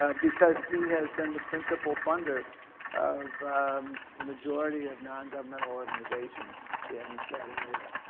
ah because he has been the principle funder of the majority of non-governmental organizations in that area.